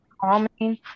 calming